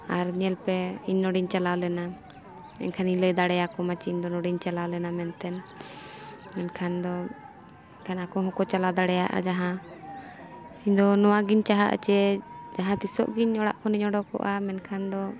ᱟᱨ ᱧᱮᱞ ᱯᱮ ᱤᱧ ᱱᱚᱰᱮᱧ ᱪᱟᱞᱟᱣ ᱞᱮᱱᱟ ᱮᱱᱠᱷᱟᱱᱤᱧ ᱞᱟᱹᱭ ᱫᱟᱲᱮᱭᱟᱠᱚ ᱢᱟ ᱡᱮ ᱤᱧ ᱫᱚ ᱱᱚᱰᱮᱧ ᱪᱟᱞᱟᱣ ᱞᱮᱱᱟ ᱢᱮᱱᱛᱮ ᱮᱱᱠᱷᱟᱱ ᱫᱚ ᱮᱱᱠᱷᱟᱱ ᱟᱠᱚ ᱦᱚᱸᱠᱚ ᱪᱟᱞᱟᱣ ᱫᱟᱲᱮᱭᱟᱜᱼᱟ ᱡᱟᱦᱟᱸ ᱤᱧ ᱫᱚ ᱱᱚᱣᱟ ᱜᱤᱧ ᱪᱟᱦᱟᱜᱼᱟ ᱡᱮ ᱡᱟᱦᱟᱸ ᱛᱤᱥᱚᱜ ᱜᱤᱧ ᱚᱲᱟᱜ ᱠᱷᱚᱱᱤᱧ ᱚᱰᱚᱠᱚᱜᱼᱟ ᱢᱮᱱᱠᱷᱟᱱ ᱫᱚ